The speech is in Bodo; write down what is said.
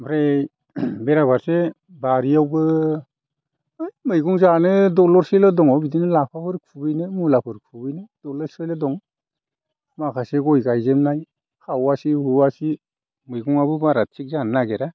ओमफ्राय बेरा फारसे बारियावबो होथ मैगं जानो दलरसेल' दङ बिदिनो लाफाफोर खुबैनो मुलाफोर खुबैनो दलरसेल' दं माखासे गय गायजोबनाय हावासि हुवासि मैगंआबो बारा थिग जानो नागिरा